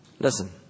Listen